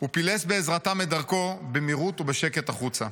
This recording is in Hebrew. ופילס בעזרתם את דרכו במהירות ובשקט החוצה.